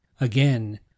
Again